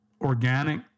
organic